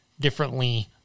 differently